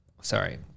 Sorry